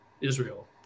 Israel